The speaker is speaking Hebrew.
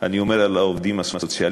אני אומר על העובדים הסוציאליים,